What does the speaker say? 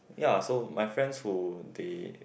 ya so my friends who they